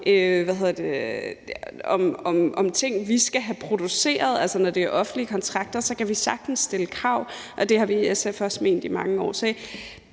om ting, vi skal have produceret. Altså, når det er offentlige kontrakter, kan vi sagtens stille krav, og det har vi i SF også ment i mange år.